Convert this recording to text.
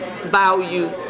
value